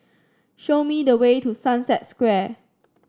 show me the way to Sunset Square